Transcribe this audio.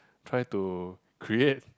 try to create